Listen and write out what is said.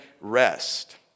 rest